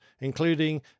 including